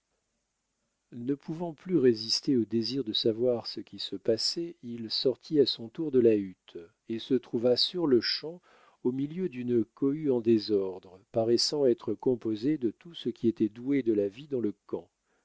ne pouvant plus résister au désir de savoir ce qui se passait il sortit à son tour de la hutte et se trouva sur-le-champ au milieu d'une cohue en désordre paraissant être composée de tout ce qui était doué de la vie dans le camp